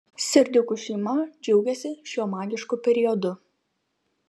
serdiukų šeima džiaugiasi šiuo magišku periodu